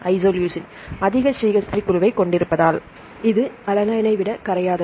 isoleucine அதிக CH3 குழுவைக் கொண்டிருப்பதால் இது அலனைனை விட கரையாதது